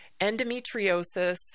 endometriosis